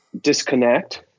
disconnect